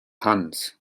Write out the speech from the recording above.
huns